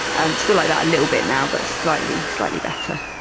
i'm still like that a little bit now but slightly slightly better.